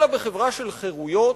אלא בחברה של חירויות,